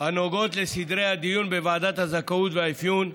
הנוגעות לסדרי הדיון בוועדת הזכאות והאפיון,